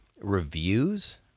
reviews